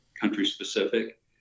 country-specific